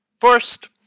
First